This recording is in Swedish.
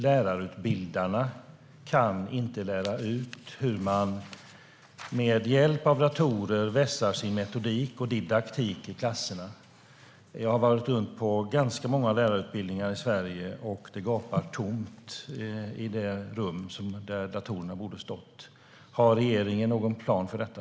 Lärarutbildarna kan inte lära ut hur man med hjälp av datorer vässar sin metodik och didaktik i klasserna. Jag har besökt ganska många lärarutbildningar i Sverige, och det gapar tomt i de rum där datorerna borde ha stått. Har regeringen någon plan för detta?